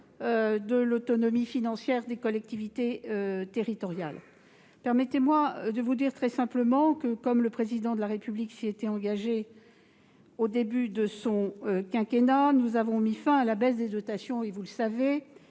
de l'autonomie financière des collectivités territoriales. Permettez-moi de vous dire très simplement que, comme le Président de la République s'y était engagé au début de son quinquennat, nous avons mis fin à la baisse des dotations. La dotation